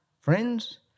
friends